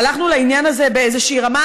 הלכנו בעניין הזה באיזושהי רמה,